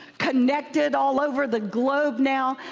connected all over the globe now,